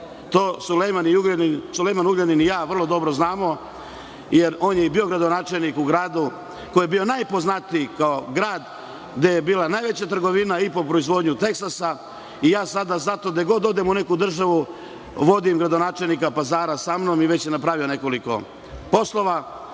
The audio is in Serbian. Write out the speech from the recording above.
To Sulejman Ugljanin i ja vrlo dobro znamo, jer je on bio gradonačelnik u gradu koji je bio najpoznatiji kao grad gde je bila najveća trgovina i proizvodnja teksasa. Zato gde god odem u neku državu vodim gradonačelnika Pazara sa mnom i već je napravio nekoliko poslova. Moram